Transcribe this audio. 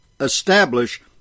establish